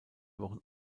wochen